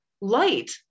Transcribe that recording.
light